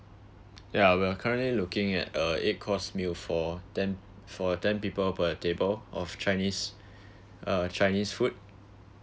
yeah we're currently looking at a eight course meal for ten for ten people per table of chinese uh chinese food